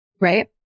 Right